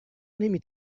نمی